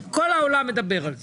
וכל העולם מדבר על זה.